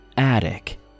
Attic